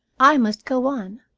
i must go on.